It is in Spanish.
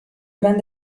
gran